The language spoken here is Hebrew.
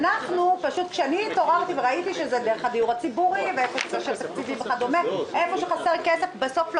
תעבירי לי את חוות הדעת.